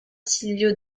silvio